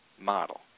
model